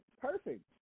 perfect